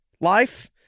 life